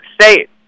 state